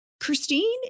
Christine